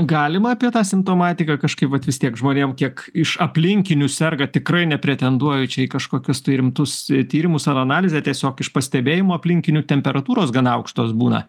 galima apie tą simptomatiką kažkaip vat vis tiek žmonėm kiek iš aplinkinių serga tikrai nepretenduoju čia į kažkokius rimtus tyrimus ar analizę tiesiog iš pastebėjimų aplinkinių temperatūros gana aukštos būna